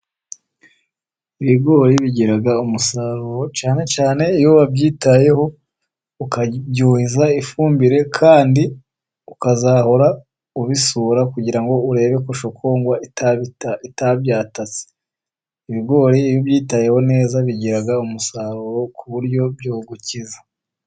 Ibigori bigira umusaruro cyane cyane iyo wabyitayeho, ukabyuhiza ifumbire, kandi ukazahora ubisura kugira ngo urebe ko shokungwa itabyatatse. Ibigori iyo ubyitayeho neza bigira umusaruro ku buryo byagukiza.